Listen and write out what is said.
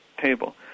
table